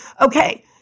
Okay